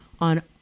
on